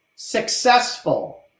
successful